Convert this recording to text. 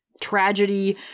tragedy